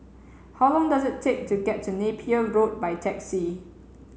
how long does it take to get to Napier Road by taxi